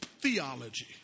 theology